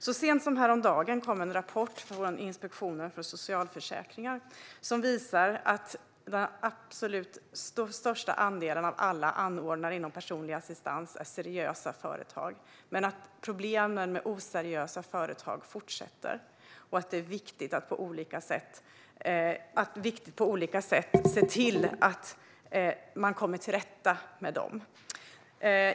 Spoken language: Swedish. Så sent som häromdagen kom en rapport från Inspektionen för socialförsäkringen som visar att den absolut största andelen av alla anordnare inom personlig assistans är seriösa företag, men att problemen med oseriösa företag fortsätter och att det är viktigt att på olika sätt se till att komma till rätta med dem.